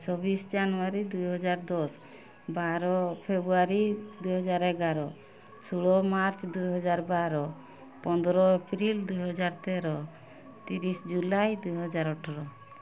ଛବିଶ ଜାନୁୟାରୀ ଦୁଇ ହଜାର ଦଶ ବାର ଫେବୃୟାରୀ ଦୁଇ ହଜାର ଏଗାର ଷୋହଳ ମାର୍ଚ୍ଚ ଦୁଇ ହଜାର ବାର ପନ୍ଦର ଏପ୍ରିଲ ଦୁଇ ହଜାର ତେର ତିରିଶ ଜୁଲାଇ ଦୁଇ ହଜାର ଅଠର